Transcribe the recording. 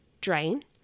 drain